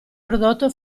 prodotto